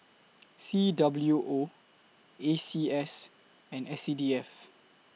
C W O A C S and S C D F